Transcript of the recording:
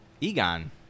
Egon